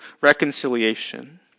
reconciliation